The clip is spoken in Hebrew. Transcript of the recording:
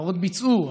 החברות ביצעו,